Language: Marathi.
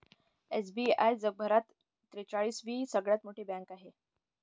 एस.बी.आय जगभरात त्रेचाळीस वी सगळ्यात मोठी बँक आहे